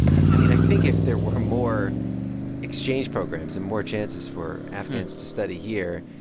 i mean, i think if there were more exchange programs and more chances for afghans to study here,